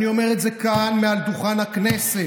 אני אומר את זה כאן, מעל דוכן הכנסת: